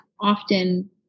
often